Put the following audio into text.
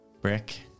Brick